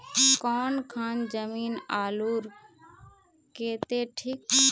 कौन खान जमीन आलूर केते ठिक?